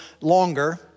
longer